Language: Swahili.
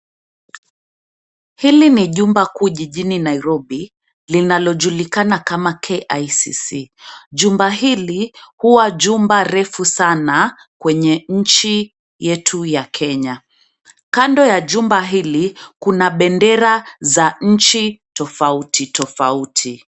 Hili ni jumba kuu jijini NAIROBI linalojulikana kama KICC. Jumba hili huwa jumba refu sana kwenye nchi yetu ya Kenya. Kando ya jumba hili kuna bendera za nchi tofauti tofauti.